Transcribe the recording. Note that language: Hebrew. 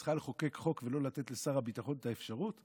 צריכה לחוקק חוק ולא לתת לשר הביטחון את האפשרות,